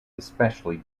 especially